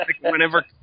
Whenever